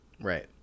right